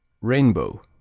rainbow